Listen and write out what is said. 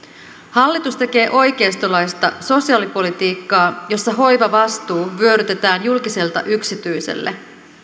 hallitus tekee oikeistolaista sosiaalipolitiikkaa jossa hoivavastuu vyörytetään julkiselta yksityiselle